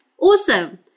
Awesome